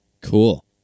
Cool